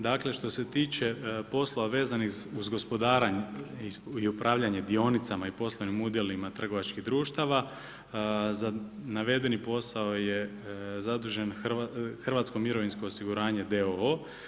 Dakle što se tiče poslova vezanih uz gospodarenje i upravljanje dionicama i poslovnim udjelima trgovačkih društava za navedeni posao je zadužen Hrvatsko mirovinsko osiguranje d.o.o.